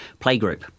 Playgroup